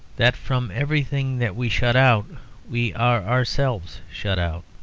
that from everything that we shut out we are ourselves shut out.